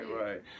right